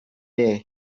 there